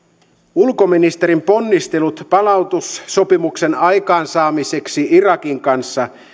ulkoministerin ponnistelut palautussopimuksen aikaansaamiseksi irakin kanssa